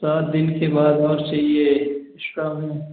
सात दिन के बाद और चाहिए एक्स्ट्रा में